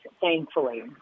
thankfully